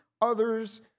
others